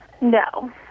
No